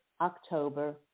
October